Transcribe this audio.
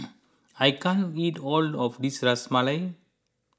I can't eat all of this Ras Malai